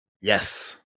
Yes